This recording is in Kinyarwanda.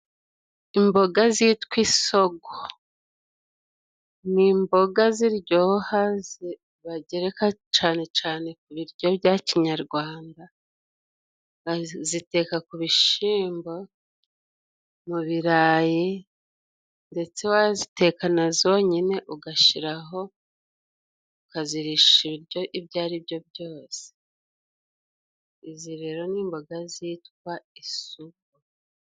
Imboga zitwa isogo ni imboga ziryoha bagereka cane cane ku biryo bya kinyarwanda, baziteka ku bishyimbo, mu birarayi, ndetse waziteka na zonyine ugashiraho ukazirisha ibiryo ibyo aribyo byose. Izi rero ni imboga zitwa isogo.